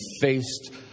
faced